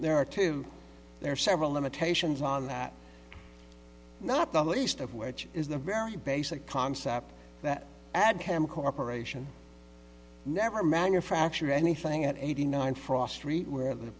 there are two there are several limitations on that not the least of which is the very basic concept that adham corporation never manufactured anything at eighty nine frost read where the